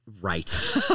Right